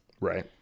Right